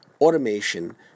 automation